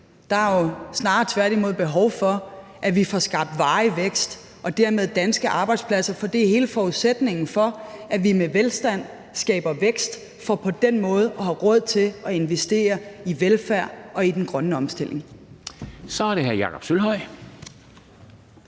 Der er jo snarere tværtimod behov for, at vi får skabt varig vækst og dermed danske arbejdspladser, for det er hele forudsætningen, altså at vi med velstand skaber vækst for på den måde at have råd til at investere i velfærd og i den grønne omstilling. Kl. 10:26 Formanden